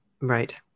Right